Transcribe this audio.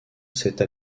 cette